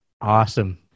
Awesome